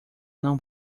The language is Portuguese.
não